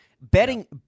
betting –